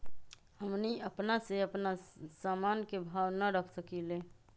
हमनी अपना से अपना सामन के भाव न रख सकींले?